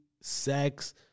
sex